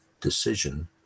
decision